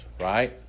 right